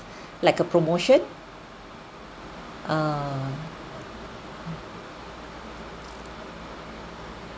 like a promotion uh